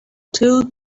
two